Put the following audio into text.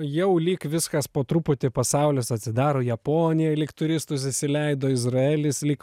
jau lyg viskas po truputį pasaulis atsidaro japonija lyg turistus įsileido izraelis lyg